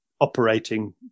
operating